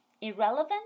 Irrelevant